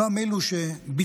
אותם אלו שביצעו